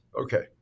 Okay